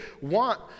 want